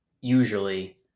usually